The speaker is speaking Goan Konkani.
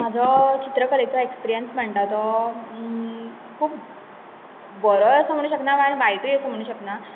म्हाजो चित्रकलेचो एक्सपिर्यंस म्हणटा तो खूब बरोय आसा म्हणूंक शकना आनी वायटूय आसा म्हणूंक शकना